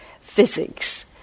physics